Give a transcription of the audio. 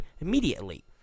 immediately